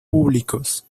públicos